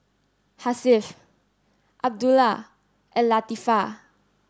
Hasif Abdullah and Latifa